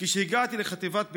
כשהגעתי לחטיבת ביניים,